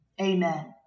amen